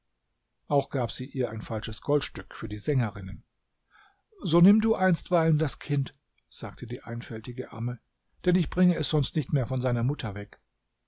auch gab sie ihr ein falsches goldstück für die sängerinnen so nimm du einstweilen das kind sagte die einfältige amme denn ich bringe es sonst nicht mehr von seiner mutter weg